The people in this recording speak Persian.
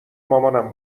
مامانم